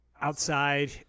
outside